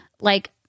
like-